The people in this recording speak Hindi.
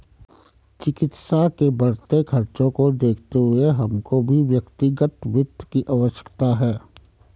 चिकित्सा के बढ़ते खर्चों को देखते हुए हमको भी व्यक्तिगत वित्त की आवश्यकता है